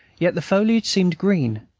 yet the foliage seemed green,